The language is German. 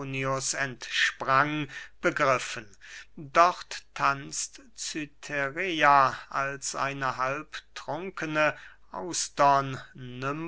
entsprang begriffen dort tanzt cytherea als eine halbtrunkne